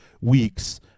weeks